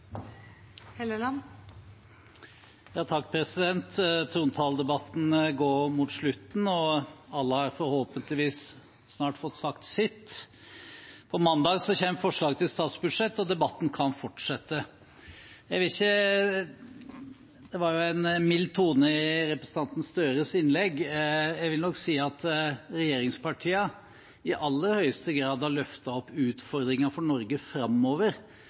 Trontaledebatten går mot slutten, og alle har forhåpentligvis snart fått sagt sitt. På mandag kommer forslaget til statsbudsjett, og debatten kan fortsette. Det var en mild tone i representanten Gahr Støres innlegg. Jeg vil nok si at regjeringspartiene i aller høyeste grad har løftet opp utfordringen for Norge framover.